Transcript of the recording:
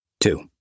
Two